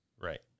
Right